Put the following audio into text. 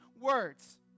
words